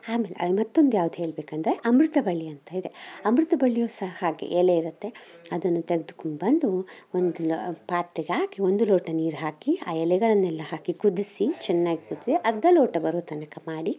ಆಮೇಲೆ ಮತ್ತೊಂದು ಯಾವ್ದು ಹೇಳ್ಬೇಕಂದರೆ ಅಮೃತಬಳ್ಳಿ ಅಂತ ಇದೆ ಅಮೃತಬಳ್ಳಿಯು ಸಹ ಹಾಗೆ ಎಲೆ ಇರತ್ತೆ ಅದನ್ನು ತೆಗ್ದುಕೊಂಡು ಬಂದು ಒಂದು ಪಾತ್ರೆಗಾಕಿ ಒಂದು ಲೋಟ ನೀರು ಹಾಕಿ ಆ ಎಲೆಗಳನ್ನೆಲ್ಲ ಹಾಕಿ ಕುದಿಸಿ ಚನ್ನಾಗಿ ಕುದಿಸಿ ಅರ್ಧ ಲೋಟ ಬರೋ ತನಕ ಮಾಡಿ